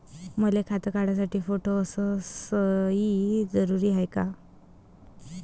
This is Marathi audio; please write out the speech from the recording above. मले खातं काढासाठी फोटो अस सयी जरुरीची हाय का?